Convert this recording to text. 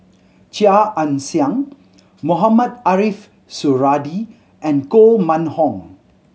Chia Ann Siang Mohamed Ariff Suradi and Koh Mun Hong